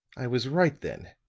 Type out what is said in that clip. i was right, then.